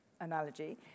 analogy